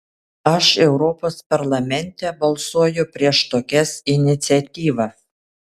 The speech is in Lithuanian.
aš europos parlamente balsuoju prieš tokias iniciatyvas